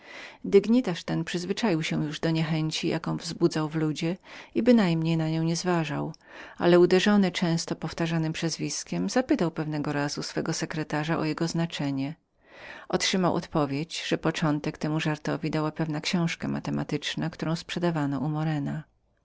dygnitarz ten dość się już był przyzwyczaił do wstrętu jaki wzbudzał w ludzie i bynajmniej nań nie zważał ale uderzony często powtarzanym przydomkiem zapytał pewnego razu swego sekretarza o wytłumaczenie ten odpowiedział że początek temu żartowi dała pewna matematyczna książka którą sprzedawano u morena